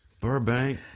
Burbank